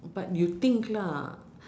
but you think lah